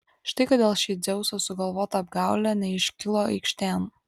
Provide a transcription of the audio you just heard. štai kodėl ši dzeuso sugalvota apgaulė neiškilo aikštėn